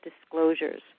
disclosures